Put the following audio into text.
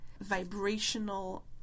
vibrational